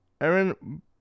Aaron